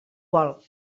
vol